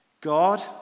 God